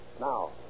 Now